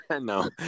No